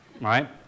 right